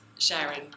sharing